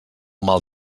mal